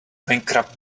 bankrupt